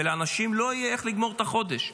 ולאנשים לא יהיה איך לגמור את החודש.